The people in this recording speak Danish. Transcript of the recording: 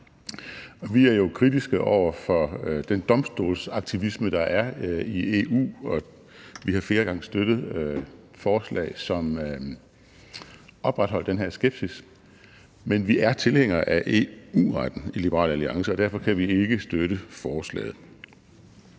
Vi er jo kritiske over for den domstolsaktivisme, der er i EU, og vi har flere gange støttet forslag, som opretholdt den her skepsis, men vi er tilhængere af EU-retten i Liberal Alliance, og derfor kan vi ikke støtte forslaget.